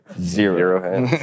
Zero